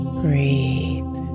breathe